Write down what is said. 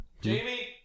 Jamie